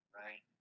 right